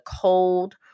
cold